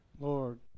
Lord